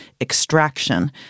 extraction